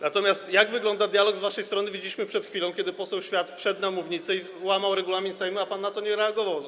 Natomiast jak wygląda dialog z waszej strony, widzieliśmy przed chwilą, kiedy poseł Świat wszedł na mównicę i łamał regulamin Sejmu, a pan na to w ogóle nie reagował.